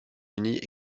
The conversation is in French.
unis